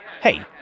Hey